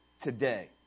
today